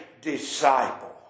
disciple